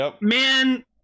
Man